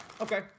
Okay